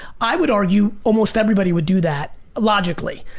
i would argue almost everybody would do that logically.